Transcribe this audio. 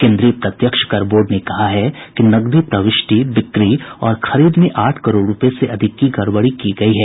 केंद्रीय प्रत्यक्ष कर बोर्ड ने कहा है कि नकदी प्रविष्टि बिक्री और खरीद में आठ करोड़ रुपए से अधिक की गड़बड़ी की गई है